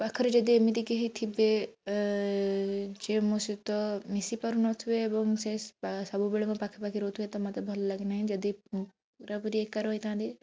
ପାଖରେ ଯଦି ଏମିତି କେହି ଥିବେ ଯେ ମୋ ସହିତ ମିଶି ପାରୁ ନ ଥିବେ ଏବଂ ସେ ବା ସବୁବେଳେ ମୋ ପାଖେ ପାଖେ ରହୁ ଥିବେ ତ ମୋତେ ଭଲ ଲାଗେ ନାହିଁ ଯଦି ମୁଁ ପୁରାପୁରି ଏକା ରହିଥାନ୍ତି